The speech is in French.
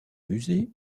musées